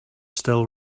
still